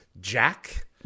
Jack